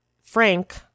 Frank